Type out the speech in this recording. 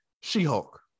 She-Hulk